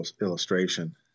illustration